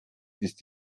ist